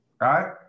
right